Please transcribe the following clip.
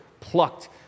plucked